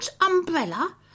umbrella